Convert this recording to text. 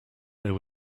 there